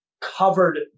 covered